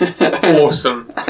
Awesome